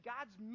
God's